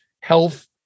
health